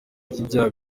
bw’ibyaha